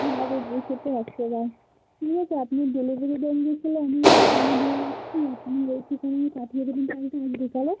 হ্যাঁ দিদি সে তো একশোবার ঠিক আছে আপনি ডেলিভারি দেন যেগুলো আমি ঠিকানা দিয়ে দিচ্ছি আপনি ওই ঠিকানায় পাঠিয়ে দেবেন কাউকে দিয়ে তাহলে